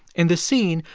in this scene,